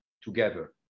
together